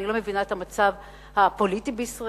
אני לא מבינה את המצב הפוליטי בישראל?